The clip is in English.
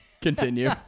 Continue